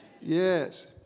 Yes